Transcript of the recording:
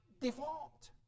default